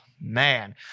man